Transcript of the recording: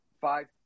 five